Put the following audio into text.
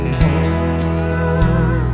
more